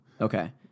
Okay